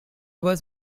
was